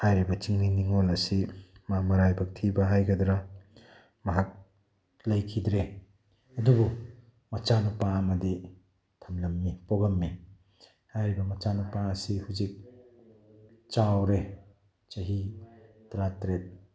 ꯍꯥꯏꯔꯤꯕ ꯆꯤꯡꯃꯤ ꯅꯤꯡꯉꯣꯜ ꯑꯁꯤ ꯃꯥ ꯃꯔꯥꯏꯕꯛ ꯊꯤꯕ ꯍꯥꯏꯒꯗ꯭ꯔꯥ ꯃꯍꯥꯛ ꯂꯩꯈꯤꯗ꯭ꯔꯦ ꯑꯗꯨꯕꯨ ꯃꯆꯥꯅꯨꯄꯥ ꯑꯃꯗꯤ ꯊꯝꯂꯝꯃꯤ ꯄꯣꯛꯂꯝꯃꯤ ꯍꯥꯏꯔꯤꯕ ꯃꯆꯥꯅꯨꯄꯥ ꯑꯁꯤ ꯍꯧꯖꯤꯛ ꯆꯥꯎꯔꯦ ꯆꯍꯤ ꯇꯔꯥꯇꯔꯦꯠ